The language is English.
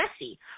messy